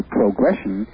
progression